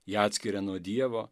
ji atskiria nuo dievo